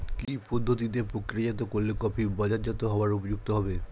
কি পদ্ধতিতে প্রক্রিয়াজাত করলে কফি বাজারজাত হবার উপযুক্ত হবে?